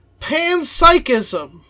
panpsychism